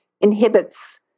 inhibits